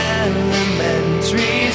elementary